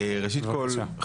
ראשית כל,